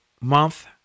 month